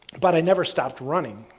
but i never stopped running,